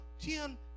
ten